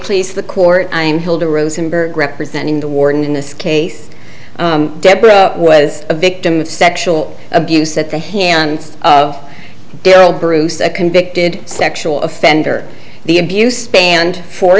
please the court i'm hilda rosenberg representing the warden in this case deborah was a victim of sexual abuse at the hands of darryl bruce a convicted sexual offender the abuse band fo